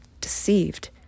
deceived